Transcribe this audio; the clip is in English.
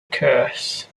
curse